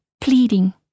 pleading